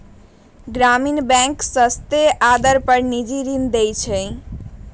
ग्रामीण बैंक सस्ते आदर पर निजी ऋण देवा हई